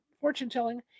fortune-telling